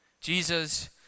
Jesus